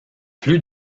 plus